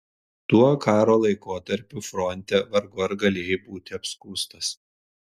tuo karo laikotarpiu fronte vargu ar galėjai būti apskųstas